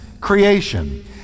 creation